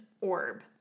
orb